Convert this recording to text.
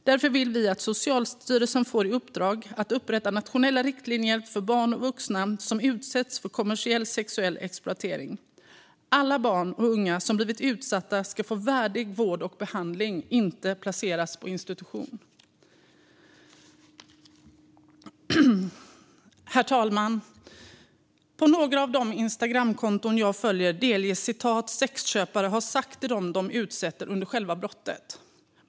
Därför vill vi att Socialstyrelsen får i uppdrag att upprätta nationella riktlinjer för barn och vuxna som utsätts för kommersiell sexuell exploatering. Alla barn och unga som blivit utsatta ska få värdig vård och behandling, inte placeras på institution. Herr talman! Några av de Instagramkonton jag följer citerar vad sexköpare har sagt till dem de utsätter under själva brottet.